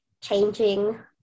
changing